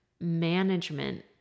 management